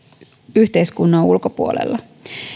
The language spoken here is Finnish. yhteiskunnan ulkopuolella